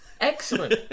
Excellent